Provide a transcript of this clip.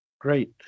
Great